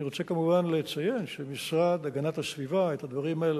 אני רוצה כמובן לציין שהמשרד להגנת הסביבה את הדברים האלה